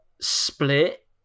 split